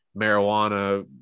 marijuana